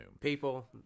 People